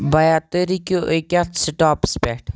بیا تُہۍ رُکِو ایٚکے اَتھ سٹاپَس پٮ۪ٹھ